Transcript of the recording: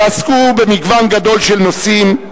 שעסקו במגוון גדול של נושאים,